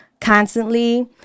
constantly